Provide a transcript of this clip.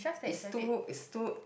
is too is too